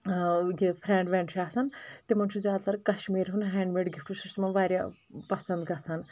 اۭں یہِ فرینٚڈ ورینٚڈ چھُ آسان تِمن چھُ زیادٕ تر کشمیر ہُنٛد ہینٛڈ میڈ سُہ چھُ تِمن واریاہ پسنٛد گژھان